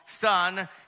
son